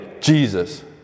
Jesus